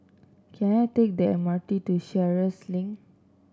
can I take the M R T to Sheares Link